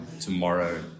tomorrow